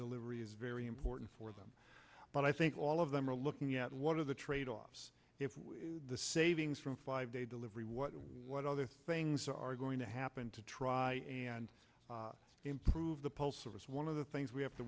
delivery is very important for them but i think all of them are looking at one of the tradeoffs the savings from five day delivery what what other things are going to happen to try and improve the pulse service one of the things we have to